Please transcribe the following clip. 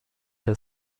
der